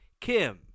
Kim